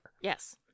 Yes